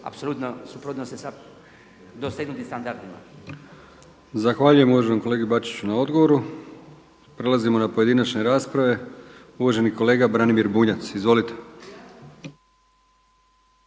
apsolutno suprotno sa dosegnutim standardima. **Brkić, Milijan (HDZ)** Zahvaljujem uvaženom kolegi Bačiću na odgovoru. Prelazimo na pojedinačne rasprave. Uvaženi kolega Branimir Bunjac. Izvolite.